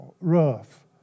rough